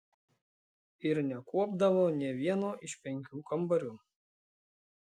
ir nekuopdavo nė vieno iš penkių kambarių